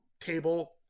table